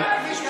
תענה.